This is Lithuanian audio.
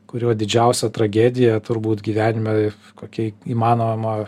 kurio didžiausia tragedija turbūt gyvenime kokia įmanoma